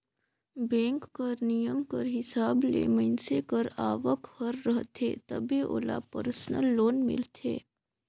bank कर नियम कर हिसाब ले मइनसे कर आवक हर रहथे तबे ओला परसनल लोन मिलथे